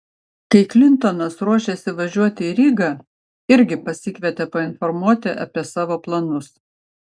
kai klintonas ruošėsi važiuoti į rygą irgi pasikvietė painformuoti apie savo planus